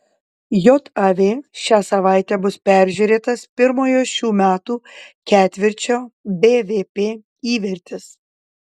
jav šią savaitę bus peržiūrėtas pirmojo šių metų ketvirčio bvp įvertis